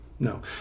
No